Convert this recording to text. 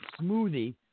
smoothie